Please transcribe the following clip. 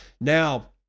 Now